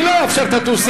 אני לא אאפשר את הדו-שיח.